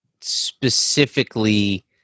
specifically